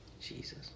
Jesus